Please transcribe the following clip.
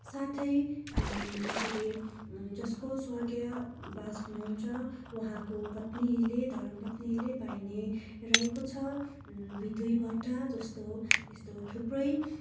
साथै यसरी जसको स्वर्गीयवास हुनुहुन्छ उहाँको पत्नीले धरम पत्नीले पाइनै रहेको छ बिधुवी भत्ता जस्तो यस्तो थुप्रै